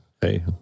Hey